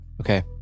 okay